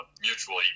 mutually